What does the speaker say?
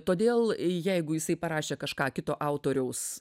todėl jeigu jisai parašė kažką kito autoriaus